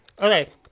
Okay